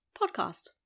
podcast